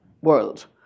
world